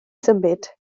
symud